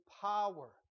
power